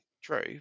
true